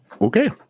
Okay